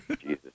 Jesus